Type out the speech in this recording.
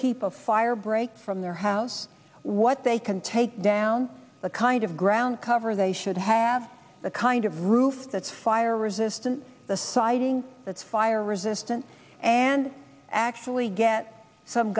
keep a fire break from their house what they can take down the kind of ground cover they should have the kind of roofs that fire resistant the siding that's fire resistant and actually get some